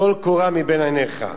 טול קורה מבין עיניך.